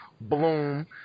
Bloom